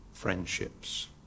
friendships